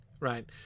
Right